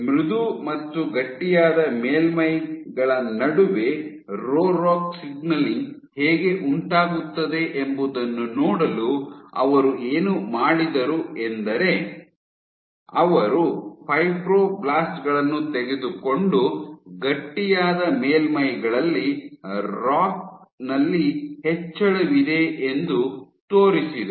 ಮೃದು ಮತ್ತು ಗಟ್ಟಿಯಾದ ಮೇಲ್ಮೈಗಳ ನಡುವೆ ರೋ ರಾಕ್ ಸಿಗ್ನಲಿಂಗ್ ಹೇಗೆ ಉಂಟಾಗುತ್ತದೆ ಎಂಬುದನ್ನು ನೋಡಲು ಅವರು ಏನು ಮಾಡಿದರು ಎಂದರೆ ಅವರು ಫೈಬ್ರೊಬ್ಲಾಸ್ಟ್ ಗಳನ್ನು ತೆಗೆದುಕೊಂಡು ಗಟ್ಟಿಯಾದ ಮೇಲ್ಮೈಗಳಲ್ಲಿ ರಾಕ್ ನಲ್ಲಿ ಹೆಚ್ಚಳವಿದೆ ಎಂದು ತೋರಿಸಿದರು